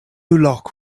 lock